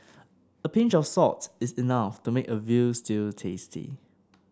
a pinch of salt is enough to make a veal stew tasty